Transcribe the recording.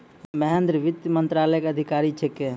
महेन्द्र वित्त मंत्रालय के अधिकारी छेकै